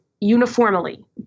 uniformly